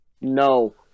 No